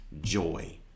joy